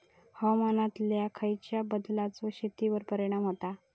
हवामानातल्या खयच्या बदलांचो शेतीवर परिणाम होता?